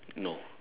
no